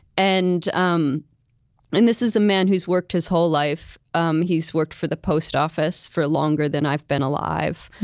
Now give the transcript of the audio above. and um and this is a man who's worked his whole life. um he's worked for the post office for longer than i've been alive.